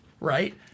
Right